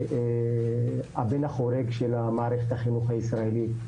של מערכת החינוך הישראלית,